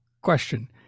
question